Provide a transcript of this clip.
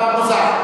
אתה מקוזז.